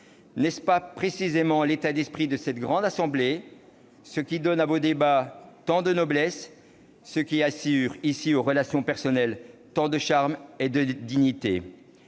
N'est-ce pas précisément l'état d'esprit de cette grande Assemblée, ce qui donne à vos débats tant de noblesse, ce qui assure ici aux relations personnelles tant de charme et de dignité ?